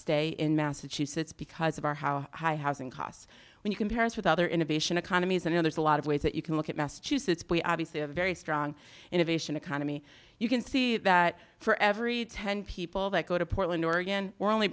stay in massachusetts because of our how high housing costs when you compare it with other innovation economies and others a lot of ways that you can look at massachusetts but obviously a very strong innovation economy you can see that for every ten people that go to portland oregon we're only